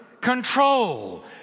control